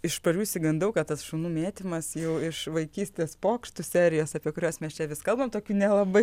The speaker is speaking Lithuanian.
iš pradžių išsigandau kad tas šunų mėtymas jau iš vaikystės pokštų serijos apie kuriuos mes čia vis kalbam tokį nelabai